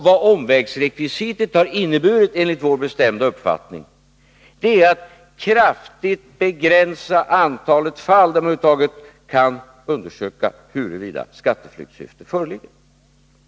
Vad omvägsrekvisitet har inneburit enligt vår bestämda uppfattning är att det kraftigt begränsar antalet fall där man över huvud taget kan undersöka huruvida skatteflyktssyfte föreligger.